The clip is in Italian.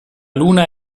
luna